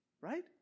Right